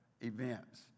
events